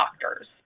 doctors